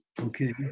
okay